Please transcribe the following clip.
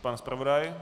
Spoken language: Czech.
Pan zpravodaj?